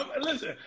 listen